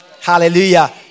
Hallelujah